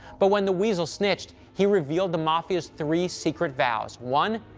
but when the weasel snitched, he revealed the mafia's three secret vows one,